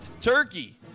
turkey